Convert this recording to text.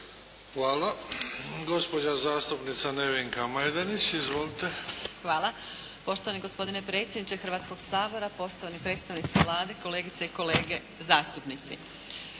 Hvala. Gospođa zastupnica Nevenka Majdenić. Izvolite. **Majdenić, Nevenka (HDZ)** Hvala. Poštovani gospodine predsjedniče Hrvatskoga sabora, poštovani predstavnici Vlade, kolegice i kolege zastupnici.